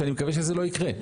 שאני מקווה שזה לא יקרה.